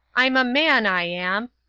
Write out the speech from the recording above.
i'm a man, i am.